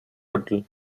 puddle